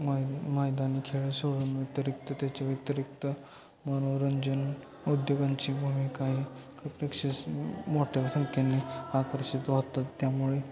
मै मैदानी खेळ सोडून व्यतिरिक्त त्याच्या व्यतिरिक्त मनोरंजन उद्योगांची भूमिका ही प्रेक्षक मोठ्या संख्येने आकर्षित होतात त्यामुळे